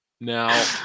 Now